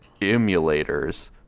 emulators